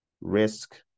risk